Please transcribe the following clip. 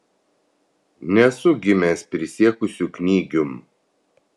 nesu gimęs prisiekusiu knygium